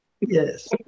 yes